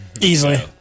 Easily